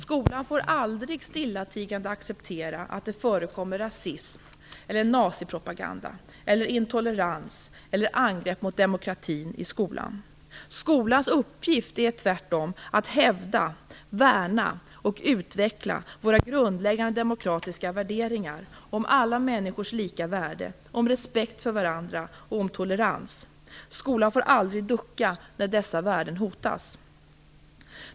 Skolan får aldrig stillatigande acceptera att det förekommer rasism, nazipropaganda, intolerans eller angrepp mot demokratin i skolan. Skolans uppgift är tvärtom att hävda, värna och utveckla våra grundläggande demokratiska värderingar om alla människors lika värde, om respekt för varandra och om tolerans. Skolan får aldrig ducka när dessa värden hotas.